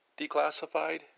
declassified